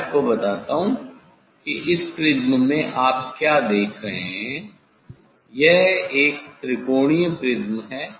मैं आपको बताता हूं कि इस प्रिज्म में आप क्या देख रहे हैं यह त्रिकोणीय प्रिज्म है